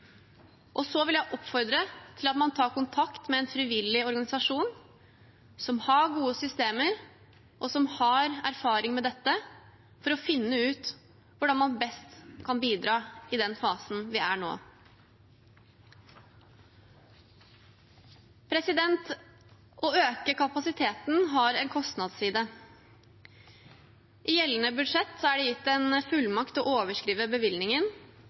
vil oppfordre til at man tar kontakt med en frivillig organisasjon, som har gode systemer og erfaring med dette, for å finne ut hvordan man best kan bidra i den fasen vi er nå. Å øke kapasiteten har en kostnadsside. I gjeldende budsjett er det gitt en fullmakt til å overskride bevilgningen